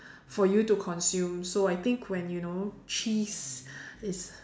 for you to consume so I think when you know cheese is